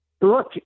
Look